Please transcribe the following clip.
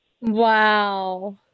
wow